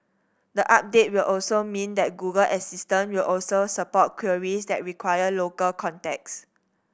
the update will also mean that Google Assistant will also support queries that require local context